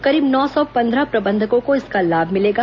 करीब नौ सौ पंद्रह प्रबंधकों को इसका लाभ मिलेगा